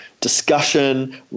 discussion